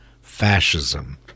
fascism